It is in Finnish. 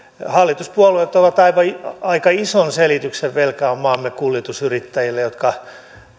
hallituspuolueet ovat aika ison selityksen velkaa maamme kuljetusyrittäjille jotka